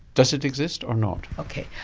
does it exist or not? ok.